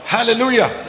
Hallelujah